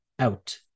out